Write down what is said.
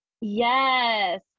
Yes